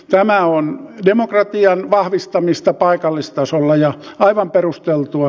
tämä on demokratian vahvistamista paikallistasolla ja aivan perusteltua